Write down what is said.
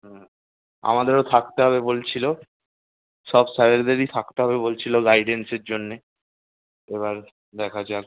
হুম আমাদেরও থাকতে হবে বলছিলো সব স্যারেদেরই থাকতে হবে বলছিলো গাইডেন্সের জন্যে এবার দেখা যাক